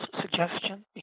suggestion